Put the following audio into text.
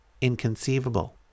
inconceivable